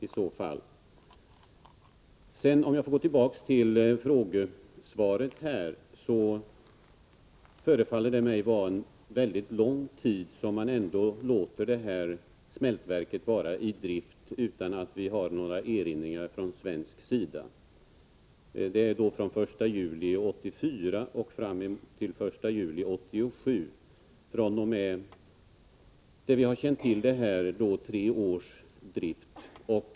Om jag sedan får gå tillbaka till frågesvaret, så förefaller det mig vara under väldigt lång tid som man ändå låter det här smältverket vara i drift, utan att det görs några erinringar från svensk sida. Tiden löper från den 1 juli 1984 fram till den 1 juli 1987. Det rör sig alltså då om tre års drift efter det att vi fått kännedom om förhållandena.